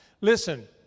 Listen